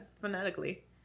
phonetically